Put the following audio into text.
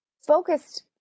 focused